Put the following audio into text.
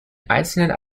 einzelnen